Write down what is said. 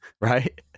Right